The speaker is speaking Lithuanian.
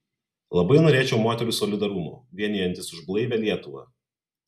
labai norėčiau moterų solidarumo vienijantis už blaivią lietuvą